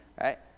right